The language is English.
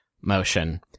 motion